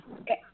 Okay